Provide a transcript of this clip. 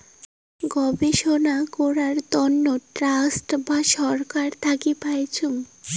গবেষণা করাং তন্ন ট্রাস্ট বা ছরকার থাকি পাইচুঙ